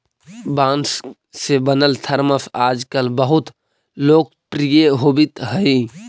बाँस से बनल थरमस आजकल बहुत लोकप्रिय होवित हई